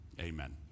amen